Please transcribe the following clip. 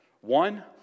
One